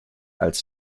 als